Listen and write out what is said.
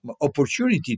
opportunity